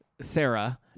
Sarah